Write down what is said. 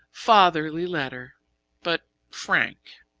fatherly letter but frank!